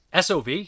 SOV